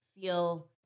feel